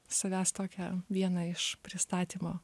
savęs tokią vieną iš pristatymo